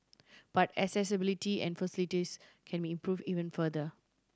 but accessibility and facilities can be improve even further